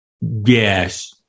yes